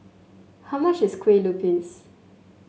how much is Kue Lupis